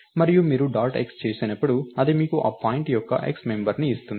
మరియు మీరు dot x చేసినప్పుడు అది మీకు ఆ పాయింట్ యొక్క x మెంబర్ ని ఇస్తుంది